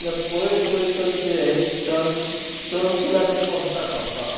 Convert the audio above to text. इतल्या पयस वयतत ते हे चण चणकुलाची पोस्तां खावपाक